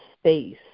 space